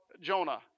Jonah